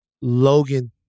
Logan